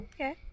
Okay